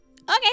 Okay